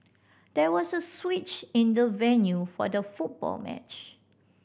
there was a switch in the venue for the football match